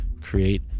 create